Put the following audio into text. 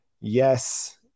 yes